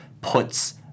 puts